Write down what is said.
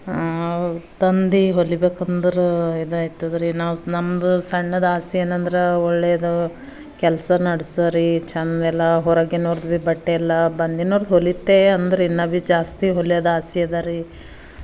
ತಂದು ಹೊಲಿಬೇಕಂದ್ರೆ ಇದಾಯ್ತದ್ರಿ ನಾವು ನಮ್ದು ಸಣ್ಣದು ಆಸೆ ಏನಂದ್ರೆ ಒಳ್ಳೆದು ಕೆಲಸ ನಡ್ಸರೀ ಚೆಂದೆಲ್ಲ ಹೊರಗಿನವ್ರದ್ದು ಬಟ್ಟೆಯೆಲ್ಲ ಬಂದಿನವ್ರದ್ ಹೊಲಿತೆ ಅಂದರೆ ಇನ್ನು ಭೀ ಜಾಸ್ತಿ ಹೊಲಿಯೋದು ಆಸೆ ಅದರಿ